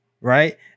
right